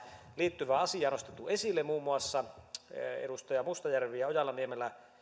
liittyvää asiaa nostettu esille muun muassa edustajat mustajärvi ja ojala niemelä